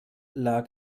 lag